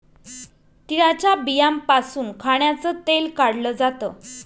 तिळाच्या बियांपासून खाण्याचं तेल काढल जात